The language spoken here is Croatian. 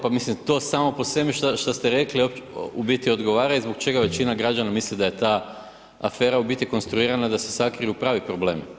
Pa mislim to samo po sebi što ste rekli u biti odgovara i zbog čega većina građana misli da je ta afera u biti konstruirana da se sakriju pravi problemi.